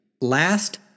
Last